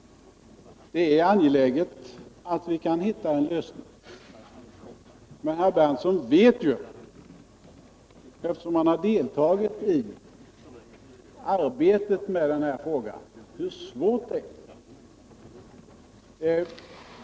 Det är angeläget att finna en lösning, men eftersom Nils Berndtson har deltagit i arbetet med denna fråga vet han hur svårt det är.